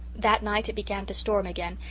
that night it began to storm again,